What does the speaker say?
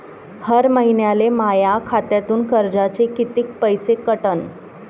हर महिन्याले माह्या खात्यातून कर्जाचे कितीक पैसे कटन?